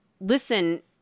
Listen